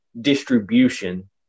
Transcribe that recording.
distribution